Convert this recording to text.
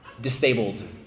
disabled